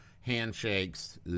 handshakes